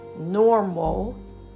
normal